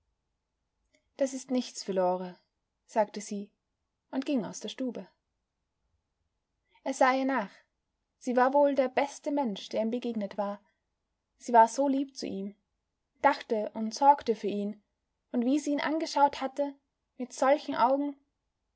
das ist nichts für lore sagte sie und ging aus der stube er sah ihr nach sie war wohl der beste mensch der ihm begegnet war sie war so lieb zu ihm dachte und sorgte für ihn und wie sie ihn angeschaut hatte mit solchen augen